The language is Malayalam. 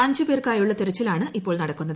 അഞ്ച് പേർക്കായുള്ള തെരച്ചിലാണ് ഇപ്പോൾ നടക്കുന്നത്